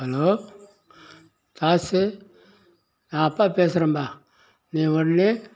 hello Das நான் அப்பா பேசுறேன்பா நீ ஒடனே